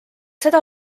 seda